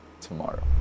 tomorrow